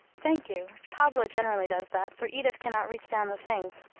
thank you pablo generally does that, for edith can not reach down the things.